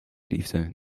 liefde